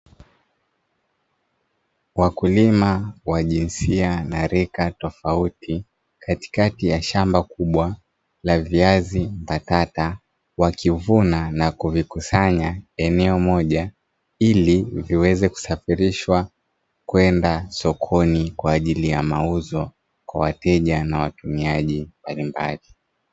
Wakulima wa jinsia na rika tofauti katikati ya shamba kubwa la viazi mbatata wakivuna na kuvikusanya eneo moja, ili viweze kusafiririshwa na kupelekwa sokoni kwa ajili ya mauzo kwa wateja na watumiaji mbalimbali.